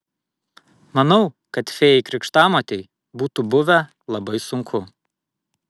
manau kad fėjai krikštamotei būtų buvę labai sunku